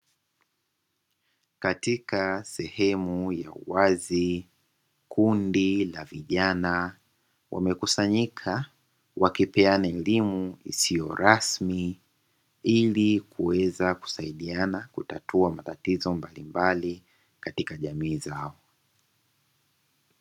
Katika sehemu ya uwazi kundi la vijana wamekusanyika wakipeana elimu isiyo rasmi, ili kuweza kusaidiana kutatuta matatizo mbalimbali katika jamii zao.